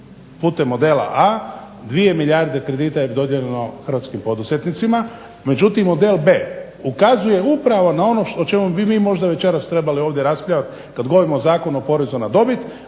Putem modela A 2 milijarde kredita je dodijeljeno hrvatskim poduzetnicima, međutim model B ukazuje upravo na ono o čemu bi mi možda večeras trebali ovdje raspravljat kad govorimo o Zakonu o porezu na dobit,